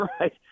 right